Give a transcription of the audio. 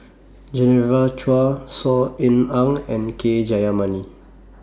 Genevieve Chua Saw Ean Ang and K Jayamani